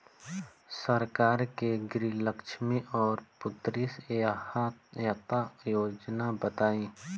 सरकार के गृहलक्ष्मी और पुत्री यहायता योजना बताईं?